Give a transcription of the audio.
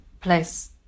place